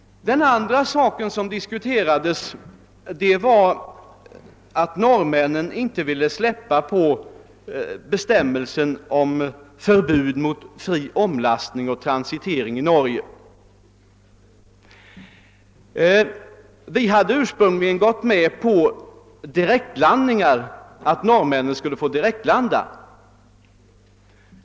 Den andra sak som diskuterades var att norrmännen inte ville avstå från bestämmelsen om förbud mot fri omlastning och transitering i Norge. Vi hade ursprungligen gått med på att norrmännen skulle få direktlanda.